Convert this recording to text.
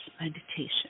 meditation